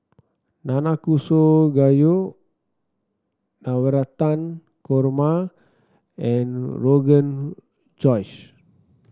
Nanakusa Gayu Navratan Korma and Rogan Josh